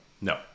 No